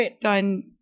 done